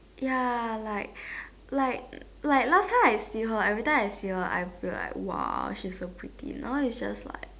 ya like like like last time I see her every time I see her I feel like !wah! she's so pretty now is just like